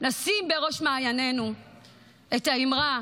נשים בראש מעייננו את האמרה